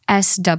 SW